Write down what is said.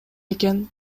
экен